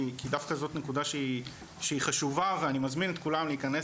כי דווקא זאת נקודה שהיא חשובה ואני מזמין את כולם להיכנס